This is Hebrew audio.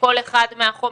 לכל אחד מהחומרים,